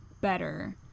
better